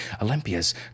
Olympia's